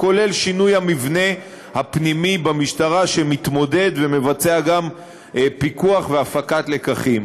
כולל שינוי המבנה הפנימי במשטרה שמתמודד ומבצע גם פיקוח והפקת לקחים.